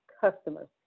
customers